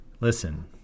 Listen